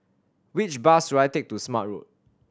which bus should I take to Smart Road